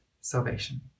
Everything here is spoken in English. salvation